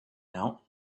out